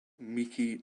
miki